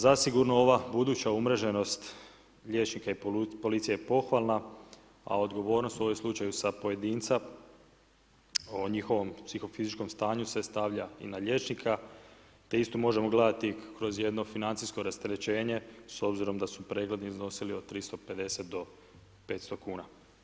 Zasigurno ova buduća umreženost liječnika i policije je pohvalna, a odgovornost u ovom slučaju sa pojedinca o njihovom psihofizičkom stanju se stavlja i na liječnika te isto možemo gledati kroz jedno financijsko rasterećenje s obzirom da su pregledi iznosilo od 350 do 500 kuna.